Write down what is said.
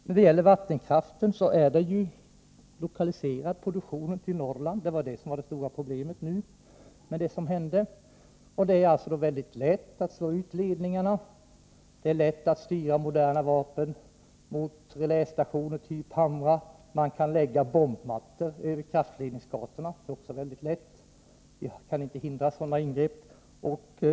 Produktionen av vattenkraft är lokaliserad till Norrland — det var ju huvudorsaken till det som hände nyligen. Det är lätt att slå ut ledningarna. Moderna vapen kan lätt styras mot relästationer typ Hamra, och man kan lägga ut bombmattor över kraftledningsgatorna. Vi kan inte hindra sådana angrepp.